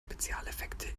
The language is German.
spezialeffekte